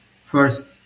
First